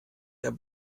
der